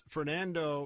Fernando